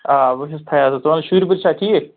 آ بہٕ چھُس فیاض صٲب ژٕ وَن شُرۍ وُرۍ چھا ٹھیٖک